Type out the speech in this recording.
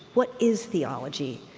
what is theology,